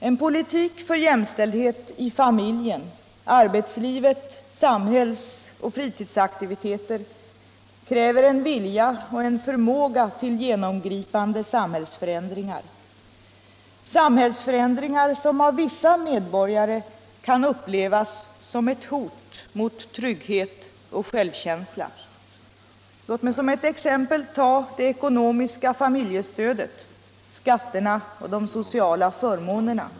En politik för jämställdhet inom familjen, arbetslivet, i fråga om samhällsoch fritidsaktiviteter kräver en vilja och en förmåga till genomgripande samhällsförändringar - samhällsförändringar som av vissa medborgare kan upplevas som ett hot mot trygghet och självkänsla. Låt mig som ett exempel ta det ekonomiska familjestödet — skatterna och de sociala förmånerna.